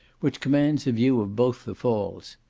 which commands a view of both the falls.